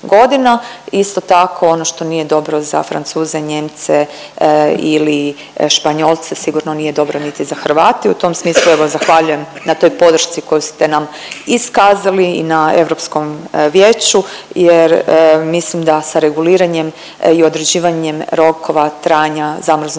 Isto tako ono što nije dobro za Francuze, Nijemce ili Španjolce sigurno nije dobro niti za Hrvate i u tom smislu evo zahvaljujem na toj podršci koju ste nam iskazali i na Europskom vijeću jer mislim da sa reguliranjem i određivanjem rokova trajanja zamrznutog mesa